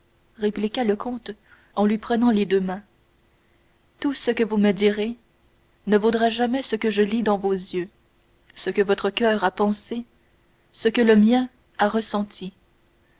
répliqua le comte en lui prenant les deux mains tout ce que vous me diriez ne vaudra jamais ce que je lis dans vos yeux ce que votre coeur a pensé ce que le mien a ressenti